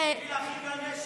פעיל אחים לנשק.